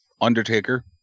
undertaker